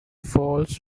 falls